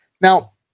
Now